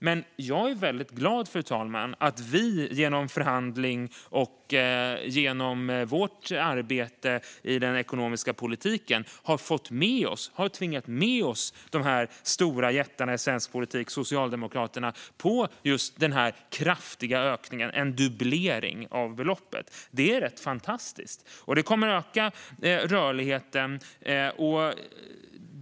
Men jag är väldigt glad, fru talman, att vi genom förhandling och genom vårt arbete i den ekonomiska politiken har tvingat med oss de här stora jättarna i svensk politik, Socialdemokraterna, på denna kraftiga ökning av beloppet, en dubblering. Det är fantastiskt. Det kommer att öka rörligheten.